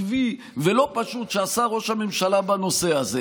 עקבי ולא פשוט שעשה ראש הממשלה בנושא הזה,